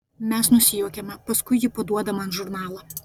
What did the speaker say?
mes nusijuokiame paskui ji paduoda man žurnalą